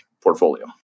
portfolio